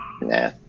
Nah